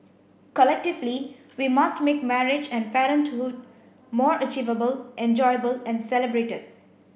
collectively we must make marriage and parenthood more achievable enjoyable and celebrated